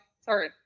sorry